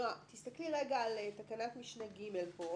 תסתכלי רגע על תקנת משנה (ג).